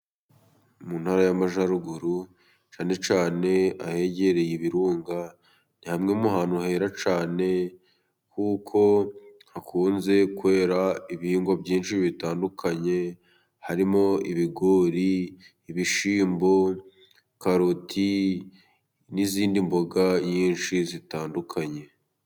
Mu ntara y'amajyaruguru cyane cyane ahegereye ibirunga, ni hamwe mu ahantu hera cyane kuko hakunze kwera ibihingwa bitandukanye harimo ibigori, ibishyimbo, karoti n'izindi mboga nyinshi zitandukanye.